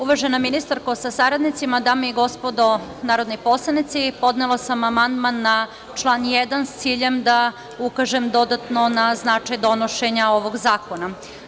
Uvažena ministarko sa saradnicima, dame i gospodo narodni poslanici, podnela sam amandman na član 1. sa ciljem da ukažem dodatno na značaj donošenja ovog zakona.